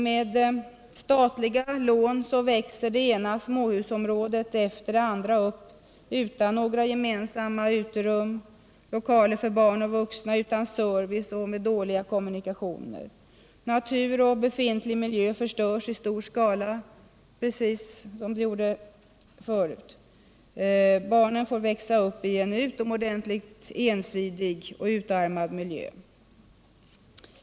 Med statliga lån växer det ena småhusområdet efter det andra upp utan några gemensamma uterum eller lokaler för barn och vuxna, utan service och med dåliga kommunikationer. Natur och befintlig miljö förstörs i stor skala, precis som förut. Barnen får växa upp i en utomordentligt ensidig och utarmad miljö.